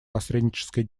посреднической